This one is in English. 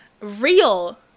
real